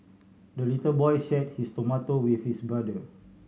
the little boy shared his tomato with his brother